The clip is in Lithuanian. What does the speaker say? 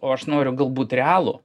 o aš noriu galbūt realų